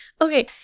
okay